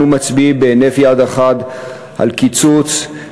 אנו מצביעים בהינף יד אחת על קיצוץ,